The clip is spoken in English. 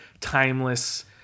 timeless